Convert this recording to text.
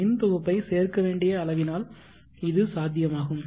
மின் தொகுப்பை சேர்க்க வேண்டிய அளவினால் இது சாத்தியமாகும்